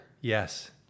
Yes